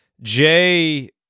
Jay